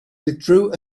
withdrew